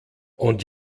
und